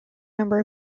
number